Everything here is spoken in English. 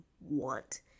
want